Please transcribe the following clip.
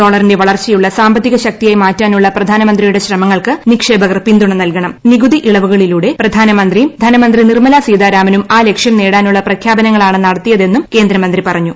ഡോളറിന്റെ വളർച്ചയുള്ള സാമ്പത്തിക ശക്തിയാക്കി മാറ്റാനുള്ള പ്രധാനമന്ത്രിയുടെ ശ്രമങ്ങൾക്ക് നിക്ഷേപകർ പിന്തുണ നൽകണക്കുള്ള നികുതിയിളവുകളിലൂടെ പ്രധാനമന്ത്രിയും ധനമന്ത്രി നിർമ്മല്ലൂസിതാരാമനും ആ ലക്ഷ്യം നേടാനുള്ള പ്രഖ്യാപനങ്ങളാണ് നട്ടത്തിയ്തെന്നും കേന്ദ്രമന്ത്രി പറഞ്ഞു